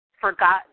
forgotten